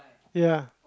ya